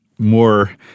more